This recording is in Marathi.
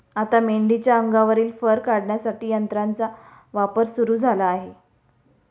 आता मेंढीच्या अंगावरील फर काढण्यासाठी यंत्राचा वापर सुरू झाला आहे